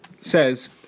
says